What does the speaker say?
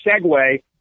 segue